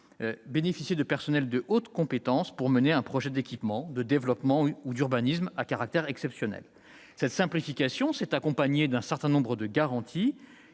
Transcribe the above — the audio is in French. bénéficier de personnels à haut niveau de compétences pour mener un chantier d'équipement, de développement ou d'urbanisme à caractère exceptionnel. Cette simplification s'est accompagnée de garanties